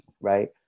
right